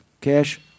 Cash